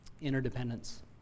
interdependence